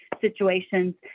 situations